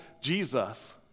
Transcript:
Jesus